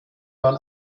man